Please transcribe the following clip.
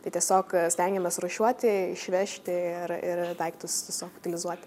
tai tiesiog stengiamės rūšiuoti išvežti ir ir daiktus tiesiog utilizuoti